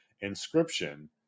Inscription